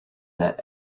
that